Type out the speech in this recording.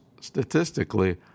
statistically